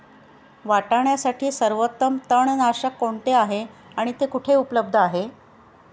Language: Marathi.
वाटाण्यासाठी सर्वोत्तम तणनाशक कोणते आहे आणि ते कुठे उपलब्ध आहे?